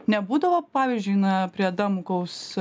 nebūdavo pavyzdžiui na prie adamkaus